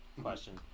question